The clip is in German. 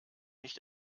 nicht